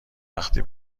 وقتی